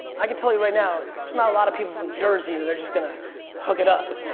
i can tell you right now there's not a lot of people from jersey that are just going to hook it up.